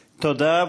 תודה.